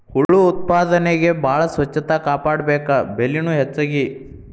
ಹುಳು ಉತ್ಪಾದನೆಗೆ ಬಾಳ ಸ್ವಚ್ಚತಾ ಕಾಪಾಡಬೇಕ, ಬೆಲಿನು ಹೆಚಗಿ